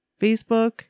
facebook